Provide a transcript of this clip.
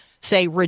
say